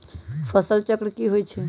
फसल चक्र की होई छै?